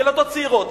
ילדות צעירות,